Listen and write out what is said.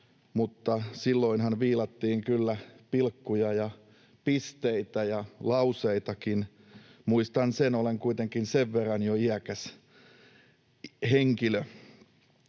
mutta silloinhan viilattiin kyllä pilkkuja ja pisteitä ja lauseitakin. Muistan sen, olen kuitenkin jo sen verran iäkäs henkilö.